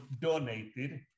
donated